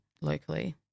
locally